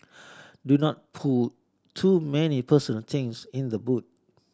do not put too many personal things in the boot